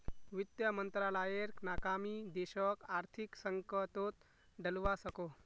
वित मंत्रालायेर नाकामी देशोक आर्थिक संकतोत डलवा सकोह